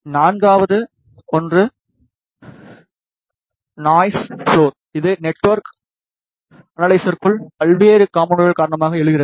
நான்காவது ஒன்று noise floor இது நெட்வொர்க் அனலைசர்க்குள் பல்வேறு காம்போனென்ட்கள் காரணமாக எழுகிறது